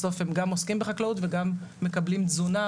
בסוף הם גם עוסקים בחקלאות וגם מקבלים תזונה,